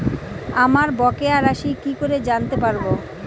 আমার বকেয়া রাশি কি করে জানতে পারবো?